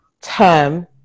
term